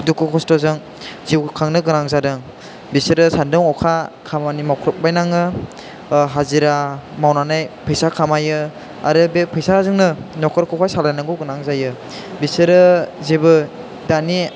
दुखु खस्थ'जों जिउखौ खांनो गोनां जादों बिसोरो सान्दुं अखा खामानि मावख्रुबायनाङो हाजिरा मावनानै फैसा खामायो आरो बे फैसाजोंनो नखरखौबो सालायनांगौ गोनां जायो बिसोरो जेबो दानि